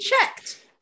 checked